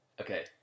Okay